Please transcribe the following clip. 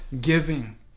giving